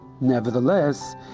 Nevertheless